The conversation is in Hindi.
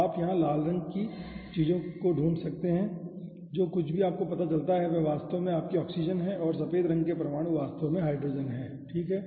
तो आप यहां लाल रंग की चीजों का ढूंढ सकते हैं जो कुछ भी आपको पता चलता है कि वे वास्तव में आपकी ऑक्सीजन हैं और सफेद रंग के परमाणु वास्तव में हाइड्रोजन हैं ठीक है